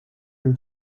him